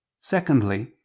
secondly